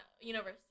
universe